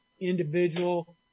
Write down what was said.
individual